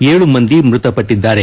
ಏಳು ಮಂದಿ ಮೃತಪಟ್ಟಿದ್ದಾರೆ